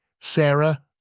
Sarah